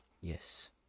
Yes